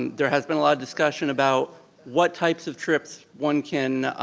and there has been a lot of discussion about what types of trips one can